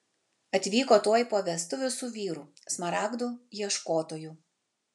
atvyko tuoj po vestuvių su vyru smaragdų ieškotoju